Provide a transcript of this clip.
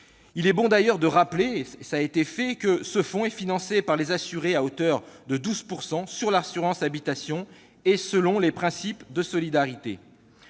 Il est bon d'ailleurs de rappeler, cela a été fait, que ce fonds est financé par les assurés à hauteur de 12 % sur l'assurance habitation, et selon les principes de solidarité.